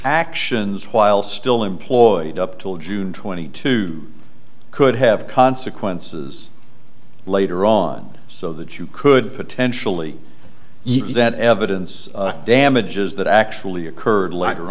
actions while still employed up till june twenty two could have consequences later on so that you could potentially that evidence damages that actually occurred la